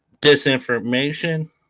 disinformation